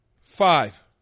Five